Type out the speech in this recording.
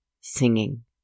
Singing